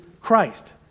Christ